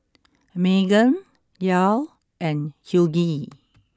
Meghann Yael and Hughie